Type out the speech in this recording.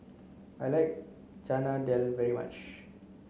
I like Chana Dal very much